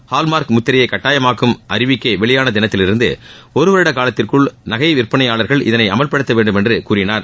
hall mark முத்திரையை கட்டாயமாக்கும் அறிவிக்கை வெளியான தினத்திலிருந்து ஒருவருட காலத்திற்குள் நகை விற்பனையாளர்கள் இதனை அமல்படுத்த வேண்டுமென்று கூறினார்